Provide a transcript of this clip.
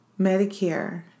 Medicare